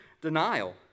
denial